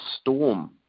Storm